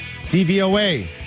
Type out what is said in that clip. DVOA